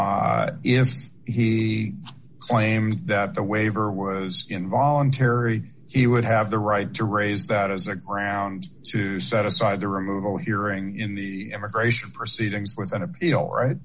if he claimed that the waiver was involuntary he would have the right to raise that as a grounds to set aside the removal hearing in the immigration proceedings with an appeal right